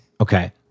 Okay